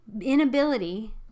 inability